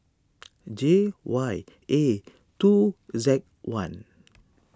J Y A two Z one